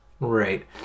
Right